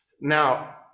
Now